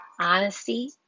honesty